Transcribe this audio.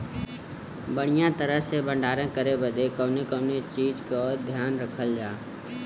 बढ़ियां तरह से भण्डारण करे बदे कवने कवने चीज़ को ध्यान रखल जा?